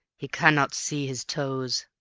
he cannot see his toes,